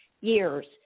years